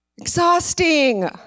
Exhausting